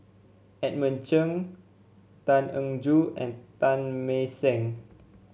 Edmund Chen Tan Eng Joo and Teng Mah Seng